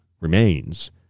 remains